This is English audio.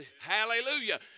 Hallelujah